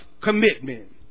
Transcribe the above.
commitment